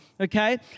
okay